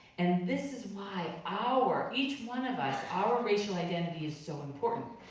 and this is why our, each one of us, our racial identity is so important.